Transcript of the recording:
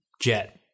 jet